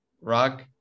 Rock